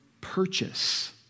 purchase